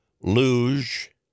luge